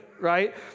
right